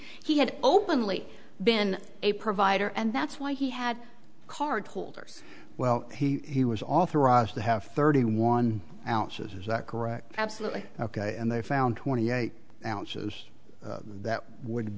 he had openly been a provider and that's why he had cardholders well he was authorized to have thirty one ounces is that correct absolutely ok and they found twenty eight ounces that would